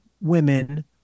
women